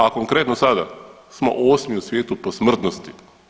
A konkretno sada smo 8 u svijetu po smrtnosti.